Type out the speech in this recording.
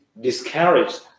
discouraged